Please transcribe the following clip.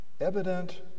evident